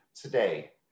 today